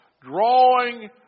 Drawing